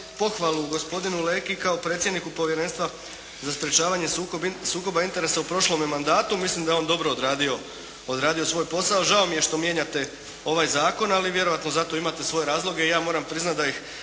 pohvalu gospodinu Leki kao predsjedniku Povjerenstva za sprječavanje sukoba interesa u prošlome mandatu. Mislim da je on dobro odradio svoj posao, žao mi je što mijenjate ovaj zakon, ali vjerojatno za to imate svoje razloge. Ja moram priznati da ih